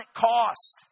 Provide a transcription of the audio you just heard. cost